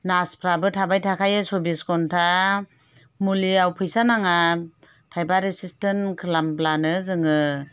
नार्सफ्राबो थाबाय थाखायो सब्बिस घन्टा मुलियाव फैसा नाङा थाइबा रेजिसट्रेसन खालामब्लानो जोङो